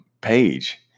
page